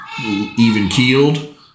even-keeled